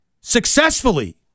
successfully